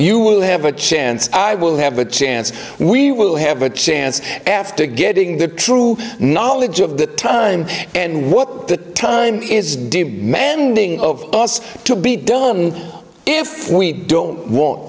you will have a chance i will have a chance we will have a chance after getting the true knowledge of the time and what the time is do mending of us to be done if we don't want